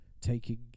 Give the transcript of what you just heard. taking